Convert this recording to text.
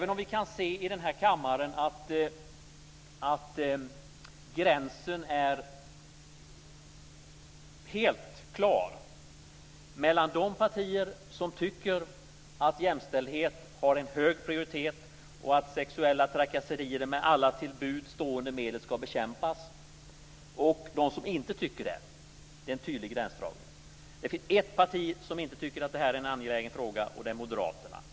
Vi kan i den här kammaren se att gränsen är helt klar mellan de partier som tycker att jämställdhet har en hög prioritet och att sexuella trakasserier med alla till buds stående medel skall bekämpas och de som inte tycker det. Det är en tydlig gränsdragning. Det finns ett parti som inte tycker att detta är en angelägen fråga, det är Moderaterna.